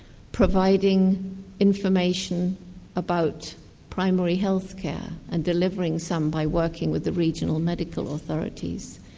providing information about primary healthcare and delivering some by working with the regional medical authorities,